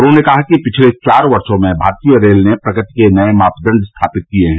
उन्होंने कहा कि पिछले चार वर्षो में भारतीय रेल ने प्रगति के नये मापदंड स्थापित किये हैं